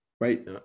right